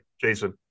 Jason